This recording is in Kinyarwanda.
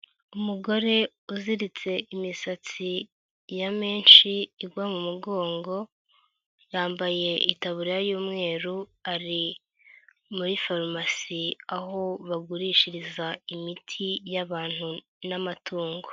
Umugore uziritse imisatsi ya menshi igwa mu mugongo, yambaye itaburiya y'umweru ari muri farumasi aho bagurishiriza imiti y'abantu n'amatungo.